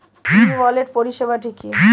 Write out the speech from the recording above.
ই wallet পরিষেবাটি কি?